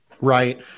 right